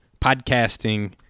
podcasting